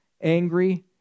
angry